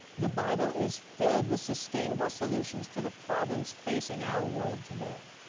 the bible is filled with sustainable solutions to the problems facing our world today.